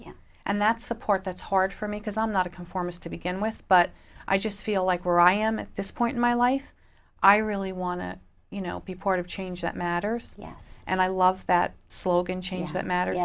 yeah and that's the part that's hard for me because i'm not a conformist to begin with but i just feel like where i am at this point in my life i really want to you know people of change that matter so yes and i love that slogan change that matter